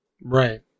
Right